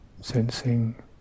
sensing